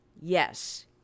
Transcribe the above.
yes